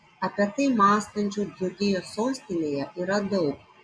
apie tai mąstančių dzūkijos sostinėje yra daug